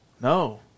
No